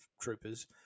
troopers